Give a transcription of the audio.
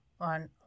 on